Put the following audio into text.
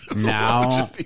Now